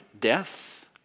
Death